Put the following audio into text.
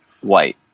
white